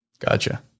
Gotcha